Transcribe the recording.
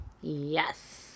Yes